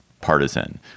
partisan